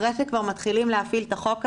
אחרי שכבר מתחילים להפעיל את החוק הזה,